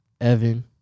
Evan